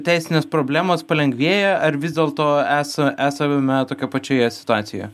teisinės problemos palengvėja ar vis dėlto esą esame tokioje pačioje situacijoje